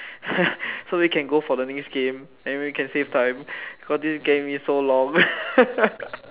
so we can go for the next game then we can save time cause this game is so long